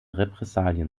repressalien